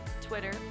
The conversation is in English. Twitter